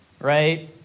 right